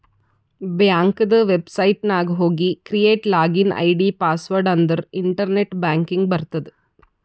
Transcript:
ಬ್ಯಾಂಕದು ವೆಬ್ಸೈಟ್ ನಾಗ್ ಹೋಗಿ ಕ್ರಿಯೇಟ್ ಲಾಗಿನ್ ಐ.ಡಿ, ಪಾಸ್ವರ್ಡ್ ಅಂದುರ್ ಇಂಟರ್ನೆಟ್ ಬ್ಯಾಂಕಿಂಗ್ ಬರ್ತುದ್